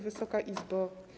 Wysoka Izbo!